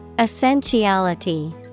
Essentiality